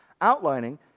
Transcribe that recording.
outlining